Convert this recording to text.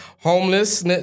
homeless